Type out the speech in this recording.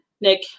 Nick